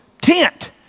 tent